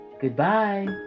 Goodbye